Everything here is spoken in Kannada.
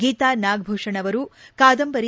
ಗೀತಾ ನಾಗಭೂಷಣ ಅವರು ಕಾದಂಬರಿ